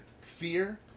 fear